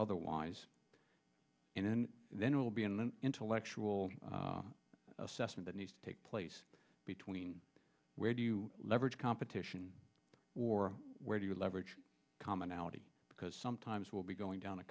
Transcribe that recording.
otherwise and then there will be in the intellectual assessment that needs to take place between where do you leverage competition or where do you leverage commonality because sometimes we'll be going down